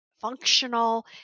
functional